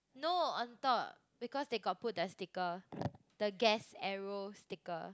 no on top because they got put the sticker the gas arrow sticker